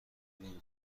دونی